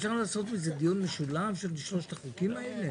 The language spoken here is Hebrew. אפשר לקיים את הדיון בשני החוקים ביחד?